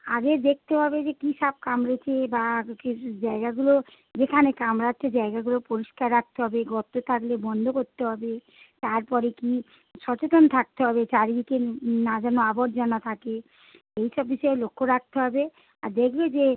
আগে দেখতে হবে যে কী সাপ কামড়েছে বা কী জায়গাগুলো যেখানে কামড়াচ্ছে জায়গাগুলো পরিষ্কার রাখতে হবে গর্ত থাকলে বন্ধ করতে হবে তারপরে কি সচেতন থাকতে হবে চারিদিকে না যেন আবর্জনা থাকে এই সব বিষয়ে লক্ষ্য রাখতে হবে আর দেখবে যে